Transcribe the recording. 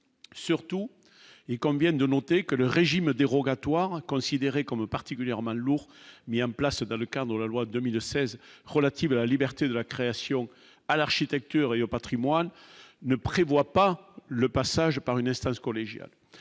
surtout et combien de noter que le régime dérogatoire considéré comme particulièrement lourd mis en place dans le car, dans la loi de 2009 16 E relative à la liberté de la création à l'architecture et au Patrimoine, ne prévoit pas le passage par une instance collégiale,